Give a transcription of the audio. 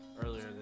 earlier